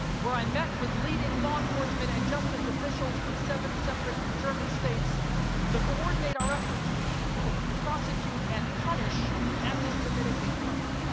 where i met with leading law enforcement and justice officials from seven separate german states to coordinate our efforts to prosecute and punish anti-semitic hate crimes.